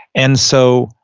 and so,